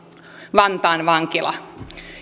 vantaan vankila